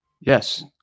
Yes